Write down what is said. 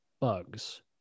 Bugs